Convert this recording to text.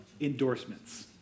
endorsements